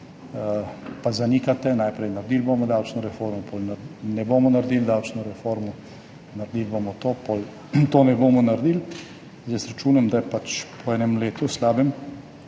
pa zanikate. Najprej, naredili bomo davčno reformo, potem ne bomo naredili davčne reforme, naredili bomo to, potem tega ne bomo naredili. Jaz računam, da po enem letu slabem